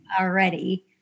already